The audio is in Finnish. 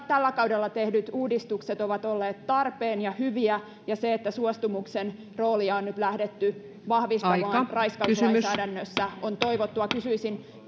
tällä kaudella tehdyt uudistukset ovat olleet tarpeen ja hyviä ja se että suostumuksen roolia on nyt lähdetty vahvistamaan raiskauslainsäädännössä on toivottua kysyisin